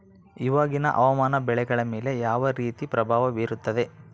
ಇವಾಗಿನ ಹವಾಮಾನ ಬೆಳೆಗಳ ಮೇಲೆ ಯಾವ ರೇತಿ ಪ್ರಭಾವ ಬೇರುತ್ತದೆ?